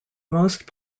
most